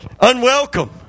unwelcome